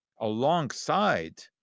alongside